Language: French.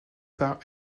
par